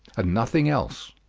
and nothing else.